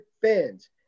fans